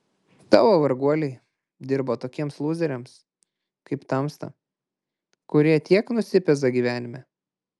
tavo varguoliai dirba tokiems lūzeriams kaip tamsta kurie tiek nusipeza gyvenime